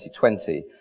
2020